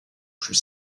plus